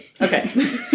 Okay